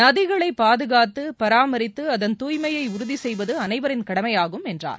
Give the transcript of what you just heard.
நதிகளை பாதுகாத்து பராமரித்து அதன் தூய்மையை உறுதி செய்வது அனைவரின் கடமையாகும் என்றார்